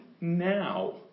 now